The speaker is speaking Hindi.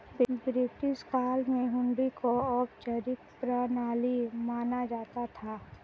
ब्रिटिश काल में हुंडी को औपचारिक प्रणाली माना जाता था